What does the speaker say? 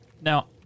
Now